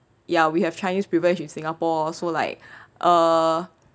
ya we have chinese privilege in singapore so like uh